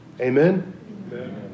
Amen